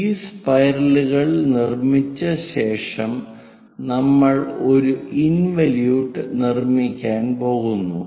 ഈ സ്പൈറലുകൾ നിർമിച്ച ശേഷം നമ്മൾ ഒരു ഇൻവലിയൂട്ട് നിർമ്മിക്കാൻ പോകുന്നു